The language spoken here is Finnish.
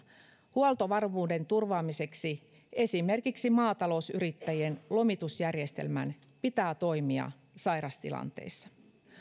huoltovarmuuden turvaamiseksi esimerkiksi maatalousyrittäjien lomitusjärjestelmän pitää toimia sairastilanteissa